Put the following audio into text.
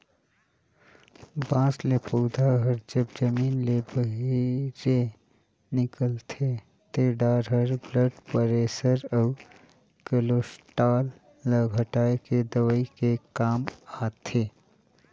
बांस ले पउधा हर जब जमीन ले बहिरे निकलथे ते डार हर ब्लड परेसर अउ केलोस्टाल ल घटाए के दवई के काम आथे